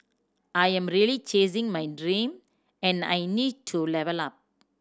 I am really chasing my dream and I need to level up